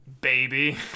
baby